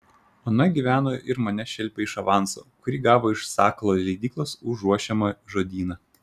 ona gyveno ir mane šelpė iš avanso kurį gavo iš sakalo leidyklos už ruošiamą žodyną